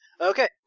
Okay